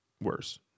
worse